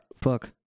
fuck